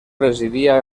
residia